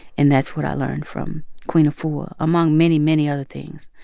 and that's what i learned from queen afua, among many, many other things.